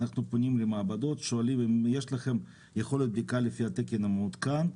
אנחנו פונים למעבדות ושואלים אם יש לכם יכולת בדיקה לפי התקן המעודכן,